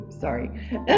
Sorry